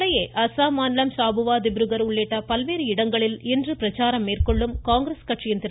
இதனிடையே அசாம் மாநிலம் சாபூவா திப்ருகர் உள்ளிட்ட பல்வேறு இடங்களில் இன்று பிரச்சாரம் மேற்கொள்ளும் காங்கிரஸ் கட்சியின் திரு